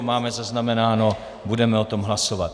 Máme zaznamenáno, budeme o tom hlasovat.